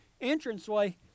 entranceway